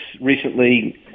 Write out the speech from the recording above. recently